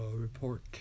report